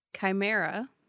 chimera